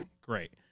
great